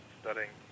studying